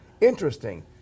Interesting